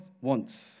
wants